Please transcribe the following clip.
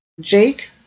Jake